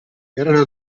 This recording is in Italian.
erano